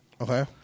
Okay